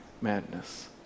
madness